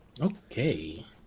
Okay